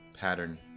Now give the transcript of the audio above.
pattern